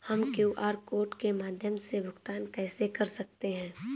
हम QR code के माध्यम से भुगतान कैसे कर सकते हैं?